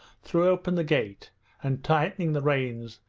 threw open the gate and, tightening the reins,